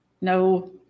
No